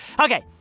Okay